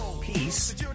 Peace